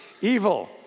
evil